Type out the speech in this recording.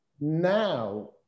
Now